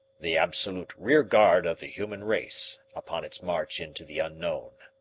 the absolute rear guard of the human race upon its march into the unknown.